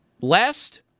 Last